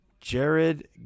Jared